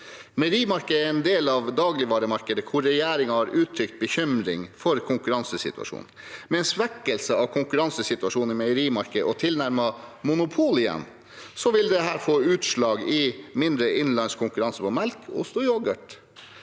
Meierimarkedet er en del av dagligvaremarkedet, der regjeringen har uttrykt bekymring for konkurransesituasjonen. Med en svekkelse av konkurransesituasjonen i meierimarkedet og tilnærmet monopol igjen vil dette gi seg utslag i mindre innenlands konkurranse på melk og også